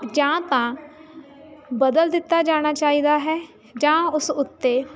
ਜਾਂ ਤਾਂ ਬਦਲ ਦਿੱਤਾ ਜਾਣਾ ਚਾਹੀਦਾ ਹੈ ਜਾਂ ਉਸ ਉੱਤੇ